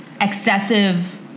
excessive